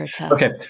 Okay